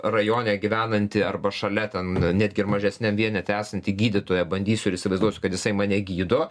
rajone gyvenantį arba šalia ten netgi ir mažesniam vienete esanti gydytoja bandysiu ir įsivaizduosiu kad jisai mane gydo